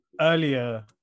earlier